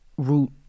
root